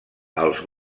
els